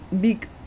big